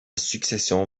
succession